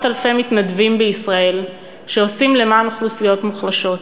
אלפי מתנדבים בישראל שעושים למען אוכלוסיות מוחלשות,